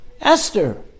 Esther